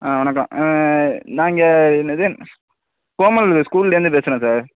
ஆ வணக்கம் நான் இங்கே என்னது கோமல் ஸ்கூல்லேருந்து பேசுகிறேன் சார்